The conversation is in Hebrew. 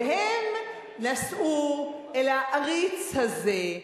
והם נסעו אל העריץ הזה,